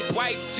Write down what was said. white